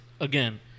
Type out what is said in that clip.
again